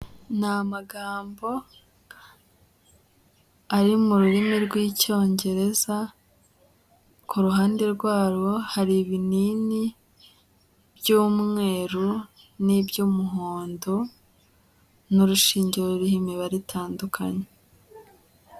Ni amagambo ari mu rurimi rw'icyongereza, ku ruhande rwarwo hari ibinini by'umweru n'iby'umuhondo n'urushinge ruriho imibare itandukanye.